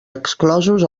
exclosos